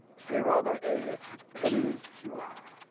say rather, a peninsula.